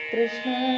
Krishna